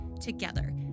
Together